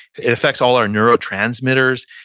it affects all our neurotransmitters.